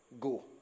go